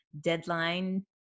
deadline